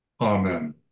Amen